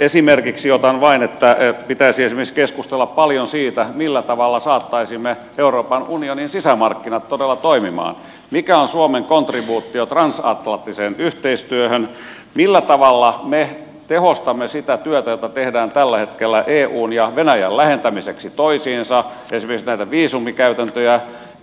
esimerkiksi otan vain että pitäisi esimerkiksi keskustella paljon siitä millä tavalla saattaisimme euroopan unionin sisämarkkinat todella toimimaan mikä on suomen kontribuutio transatlanttiseen yhteistyöhön millä tavalla me tehostamme sitä työtä jota tehdään tällä hetkellä eun ja venäjän lähentämiseksi toisiinsa esimerkiksi näitä viisumikäytäntöjä